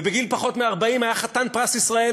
ובגיל פחות מ-40 היה חתן פרס ישראל,